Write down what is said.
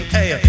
Hey